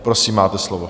Prosím, máte slovo.